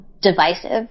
divisive